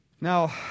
Now